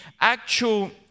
actual